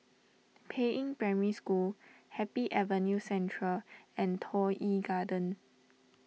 Peiying Primary School Happy Avenue Central and Toh Yi Garden